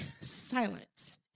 silence